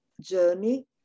journey